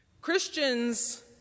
Christians